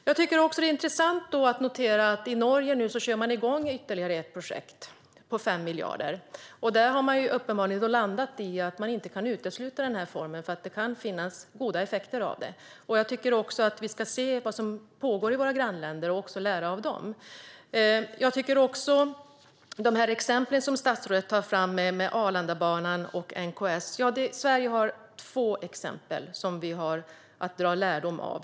Jag tycker att det är intressant att notera att man i Norge nu kör igång ytterligare ett projekt på 5 miljarder. Där har man uppenbarligen landat i att man inte kan utesluta den här formen eftersom den kan ge goda effekter. Jag tycker att vi ska se vad som pågår i våra grannländer och lära av dem. Statsrådet tar upp exemplen Arlandabanan och NKS. Ja, Sverige har två exempel, som vi har att dra lärdom av.